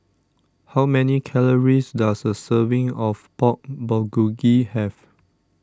how many calories does a serving of Pork Bulgogi have